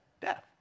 death